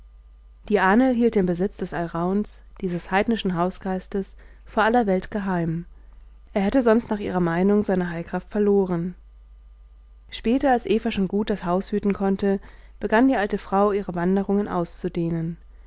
die ahnl hielt den besitz des alrauns dieses heidnischen hausgeistes vor aller welt geheim er hätte sonst nach ihrer meinung seine heilkraft verloren später als eva schon gut das haus hüten konnte begann die alte frau ihre wanderungen auszudehnen